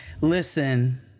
Listen